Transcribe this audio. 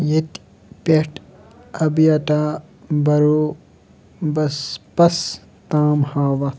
ییٚتہِ پٮ۪ٹھ ابیٹا برو بس پبَس تام ہاو وتھ